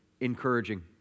Encouraging